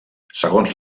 segons